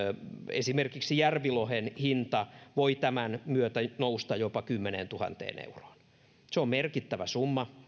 esimerkiksi järvilohen hinta voi tämän myötä nousta jopa kymmeneentuhanteen euroon se on merkittävä summa